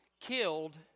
killed